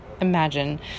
imagine